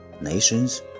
nations